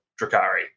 Drakari